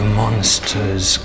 monsters